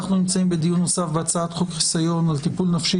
אנחנו נמצאים בדיון נוסף בהצעת חוק חיסיון על טיפול נפשי